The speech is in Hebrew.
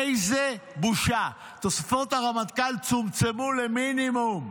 איזו בושה, תוספות הרמטכ"ל צומצמו למינימום,